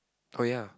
oh ya